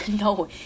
No